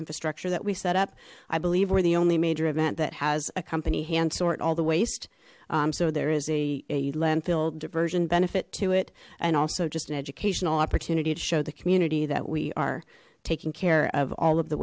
infrastructure that we set up i believe we're the only major event that has a company hands sort all the waste so there is a landfill diversion benefit to it and also just an educational opportunity to show the community that we are taking care of all of the